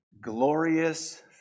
glorious